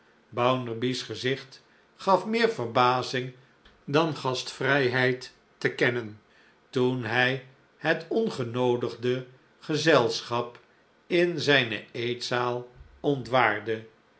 bounderby's gezicht gaf meer verbazing dan gastvrijheid te kennen toen hij het ongenoodigde gezelschap in zijne eetzaal